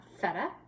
feta